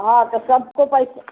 हाँ तो सब को पैसे